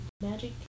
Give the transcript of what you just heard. magic